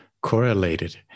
correlated